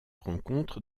rencontre